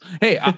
Hey